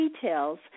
details